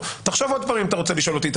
תחשוב שוב אם אתה רוצה לשאול אותי את